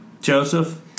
Joseph